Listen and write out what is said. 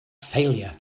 failure